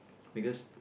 because